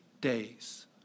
days